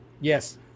Yes